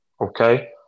Okay